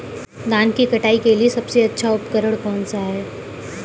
धान की कटाई के लिए सबसे अच्छा उपकरण कौन सा है?